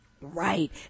Right